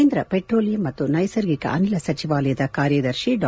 ಕೇಂದ್ರ ಪೆಟ್ರೋಲಿಯಂ ಮತ್ತು ನೈಸರ್ಗಿಕ ಅನಿಲ ಸಚಿವಾಲಯದ ಕಾರ್ಯದರ್ಶಿ ಡಾ